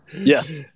Yes